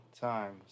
times